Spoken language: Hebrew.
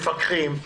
מפקחים,